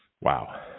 Wow